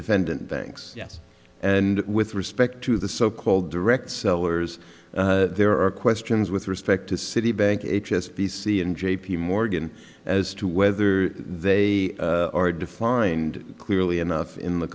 defendant banks yes and with respect to the so called direct sellers there are questions with respect to citibank h s b c and j p morgan as to whether they are defined clearly enough in the